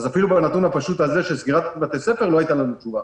אז אפילו בנתון הפשוט הזה של סגירת בתי ספר לא הייתה לנו תשובה.